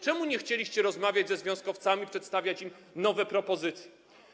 Czemu nie chcieliście rozmawiać ze związkowcami i przedstawić im nowych propozycji?